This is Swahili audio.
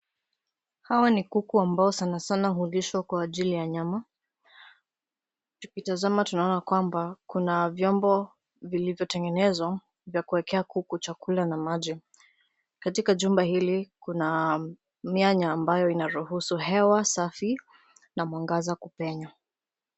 Hawa ni kuku ambao sanasana hulishwa kwa ajili ya nyama. Tukitazama tunaona kwamba kuna vyombo vilivyotengenezwa za kuekea kuku chakula na maji. Katika jumba hili kuna mianya ambayo inaruhusu hewa safi na mwangaza kupenya.